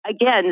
again